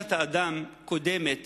קדושת האדם קודמת